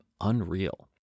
unreal